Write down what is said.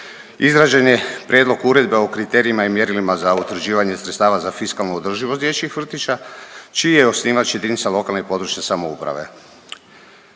izrađen je Prijedlog Uredbe o kriterijima i mjerilima za utvrđivanje sredstava za fiskalnu održivost dječjih vrtića čiji je osnivač jedinica lokalne i područne samouprave.